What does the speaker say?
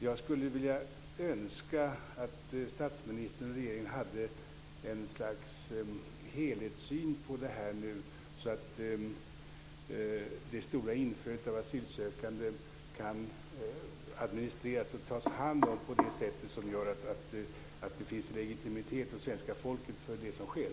Jag skulle önska att statsministern och regeringen hade ett slags helhetssyn på det här, så att det stora inflödet av asylsökande kan administreras och tas om hand på ett sätt som gör att det finns legitimitet hos svenska folket för det som sker.